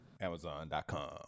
Amazon.com